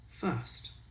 first